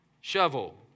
shovel